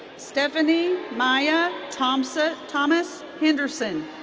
stephanie maya thomas ah thomas henderson.